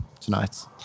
tonight